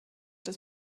des